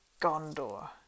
Gondor